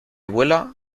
vuela